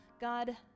God